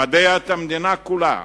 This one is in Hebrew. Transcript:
למדע את המדינה כולה,